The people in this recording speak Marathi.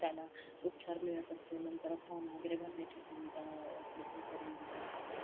त्याला उपचार मिळत असतो नंतर फॉर्म वगैरे भरण्याची सुविधा उपलब्ध करून दिली असते